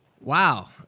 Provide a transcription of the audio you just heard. Wow